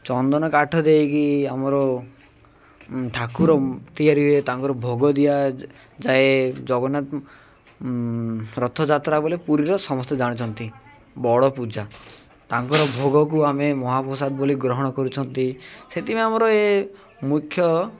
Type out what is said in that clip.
ଚନ୍ଦନ କାଠ ଦେଇକି ଆମର ଠାକୁର ତିଆରି ହୁଏ ତାଙ୍କର ଭୋଗ ଦିଆଯାଏ ଜଗନ୍ନାଥ ରଥଯାତ୍ରା ବୋଲି ପୁରୀର ସମସ୍ତେ ଜାଣୁଛନ୍ତି ବଡ଼ ପୂଜା ତାଙ୍କର ଭୋଗକୁ ଆମେ ମହାପ୍ରସାଦ ବୋଲି ଗ୍ରହଣ କରୁଛନ୍ତି ସେଥିପାଇଁ ଆମର ଏ ମୁଖ୍ୟ